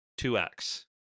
2x